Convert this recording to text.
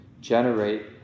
generate